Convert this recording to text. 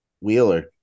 Wheeler